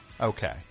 okay